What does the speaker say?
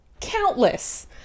Countless